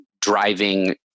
driving